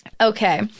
Okay